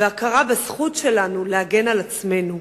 והכרה בזכות שלנו להגן על עצמנו.